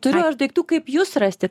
turiu aš daiktų kaip jus rasti